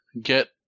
get